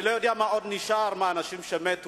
אני לא יודע מה עוד נשאר מאנשים שמתו,